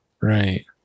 Right